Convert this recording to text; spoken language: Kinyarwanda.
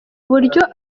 uburyo